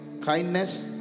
kindness